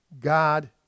God